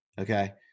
Okay